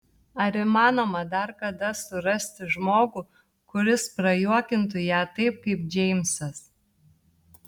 ar įmanoma dar kada surasti žmogų kuris prajuokintų ją taip kaip džeimsas